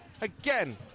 again